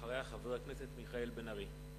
אחריה, חבר הכנסת מיכאל בן-ארי.